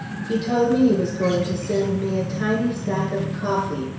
he told me he was going to send me a tiny sack of coffee,